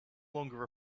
longer